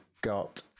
got